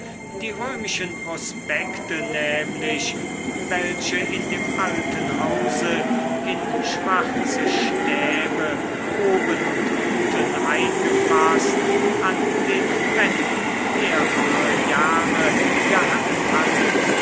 die römischen prospekte nämlich welche in dem alten hause in schwarze stäbe oben und unten eingefaßt an den wänden mehrere jahre gehangen hatten